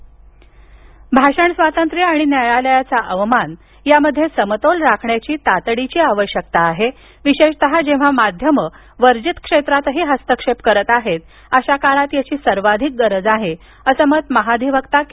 सर्वोच्च न्यायालय भाषण स्वातंत्र्य आणि न्यायालयाचा अवमान यात समतोल राखण्याची तातडीची आवश्यकता आहे विशेषतः जेव्हा माध्यमं वर्जित क्षेत्रातही हस्तक्षेप करत आहेत अशा काळात याची सर्वाधिक गरज आहे असं मत महाधिवक्ता के